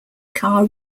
car